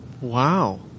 Wow